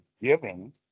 giving